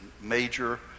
major